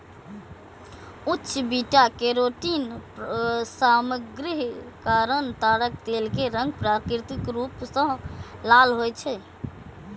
उच्च beta carotene सामग्रीक कारण ताड़क तेल के रंग प्राकृतिक रूप सं लाल होइ छै